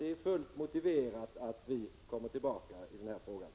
Det är fullt motiverat att vi kommer tillbaka i den här frågan.